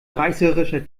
reißerischer